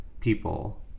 people